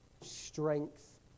strength